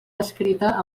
descrita